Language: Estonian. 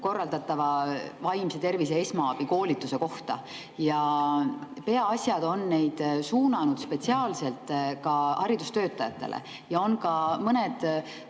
korraldatava vaimse tervise esmaabi koolituse kohta. Peaasjad on neid suunanud spetsiaalselt ka haridustöötajatele ja on ka mõned